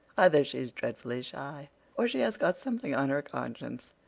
either she's dreadfully shy or she has got something on her conscience.